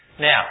Now